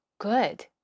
good